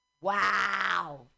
Wow